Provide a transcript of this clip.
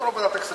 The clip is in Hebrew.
בוועדת הכספים.